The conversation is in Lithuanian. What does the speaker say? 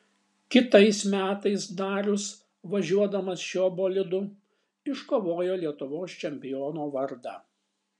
kitais metais darius važiuodamas šiuo bolidu iškovojo lietuvos čempiono vardą